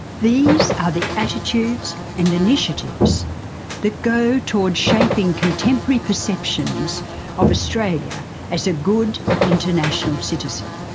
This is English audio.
these are the attitudes and initiatives that go towards shaping contemporary perceptions of australia as a good international citizen.